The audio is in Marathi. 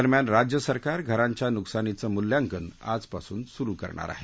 दरम्यान राज्य सरकार घरांच्या नुकसानीचं मूल्यांकन आजपासून सुरू करणार आहे